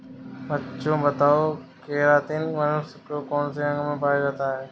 बच्चों बताओ केरातिन मनुष्य के कौन से अंग में पाया जाता है?